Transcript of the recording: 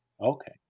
okay